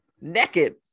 naked